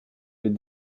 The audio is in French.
les